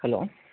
hello